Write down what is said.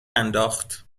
انداخت